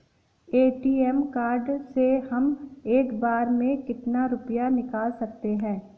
ATM card से हम एक बार में कितना रुपया निकाल सकते हैं?